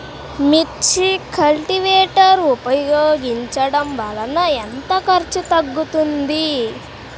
మిర్చి కల్టీవేటర్ ఉపయోగించటం వలన ఎంత ఖర్చు తగ్గుతుంది?